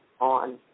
on